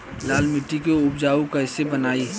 लाल मिट्टी के उपजाऊ कैसे बनाई?